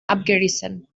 abgerissen